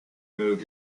moved